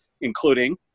including